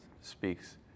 speaks